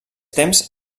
temps